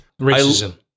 Racism